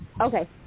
Okay